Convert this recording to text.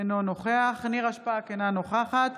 אינו נוכח נירה שפק, אינה נוכחת